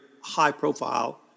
high-profile